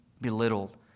belittled